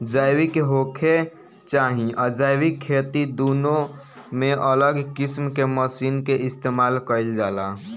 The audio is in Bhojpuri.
जैविक होखे चाहे अजैविक खेती दुनो में अलग किस्म के मशीन के इस्तमाल कईल जाला